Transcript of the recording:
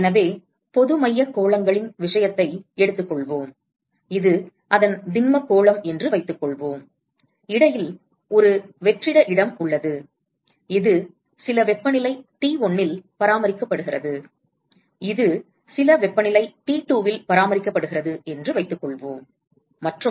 எனவே பொதுமையக் கோளங்களின் விஷயத்தை எடுத்துக்கொள்வோம் இது அதன் திண்மக் கோளம் என்று வைத்துக்கொள்வோம் இடையில் ஒரு வெற்றிட இடம் உள்ளது இது சில வெப்பநிலை T1 இல் பராமரிக்கப்படுகிறது இது சில வெப்பநிலை T2 ல் பராமரிக்கப்படுகிறது என்று வைத்துக்கொள்வோம் மற்றும்